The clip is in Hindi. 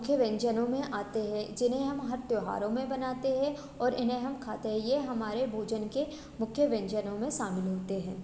मुख्य व्यंजनों में आते हैं जिन्हें हम हर त्यौहारों में बनाते हैं और इन्हें हम खाते हैं ये हमारे भोजन के मुख्य व्यंजनों में शामिल होते हैं